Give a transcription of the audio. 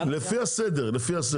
לפי הסדר.